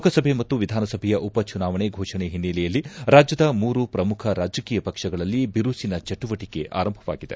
ಲೋಕಸಭೆ ಮತ್ತು ವಿಧಾನಸಭೆಯ ಉಪ ಚುನಾವಣೆ ಘೋಷಣೆ ಹಿನ್ನೆಲೆಯಲ್ಲಿ ರಾಜ್ಯದ ಮೂರು ಪ್ರಮುಖ ರಾಜಕೀಯ ಪಕ್ಷಗಳಲ್ಲಿ ಬಿರುಸಿನ ಚಟುವಟಿಕೆ ಆರಂಭವಾಗಿದೆ